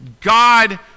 God